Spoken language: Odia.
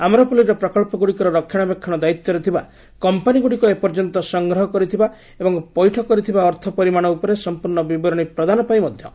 ଆମ୍ରାପଲିର ପ୍ରକଳ୍ପଗୁଡ଼ିକର ରକ୍ଷଣାବେକ୍ଷଣ ଦାୟିତ୍ୱରେ ଥିବା କମ୍ପାନୀଗୁଡ଼ିକ ଏପର୍ଯ୍ୟନ୍ତ ସଂଗ୍ରହ କରିଥିବା ଏବଂ ପୈଠ କରିଥିବା ଅର୍ଥ ପରିମାଣ ଉପରେ ସମ୍ପର୍ଣ୍ଣ ବିବରଣୀ ପ୍ରଦାନ ପାଇଁ ମଧ୍ୟ କୋର୍ଟ ନିର୍ଦ୍ଦେଶ ଦେଇଛନ୍ତି